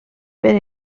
per